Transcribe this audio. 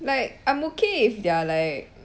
like I'm okay they're like